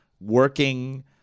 working